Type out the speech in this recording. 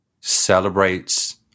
celebrates